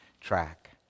track